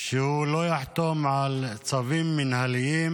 שהוא לא יחתום על צווים מינהליים